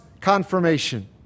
confirmation